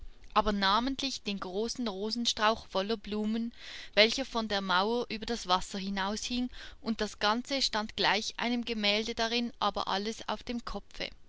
aber namentlich den großen rosenstrauch voller blumen welcher von der mauer über das wasser hinaus hing und das ganze stand gleich einem gemälde darin aber alles auf dem kopfe